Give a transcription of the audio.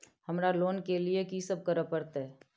हमरा लोन के लिए की सब करे परतै?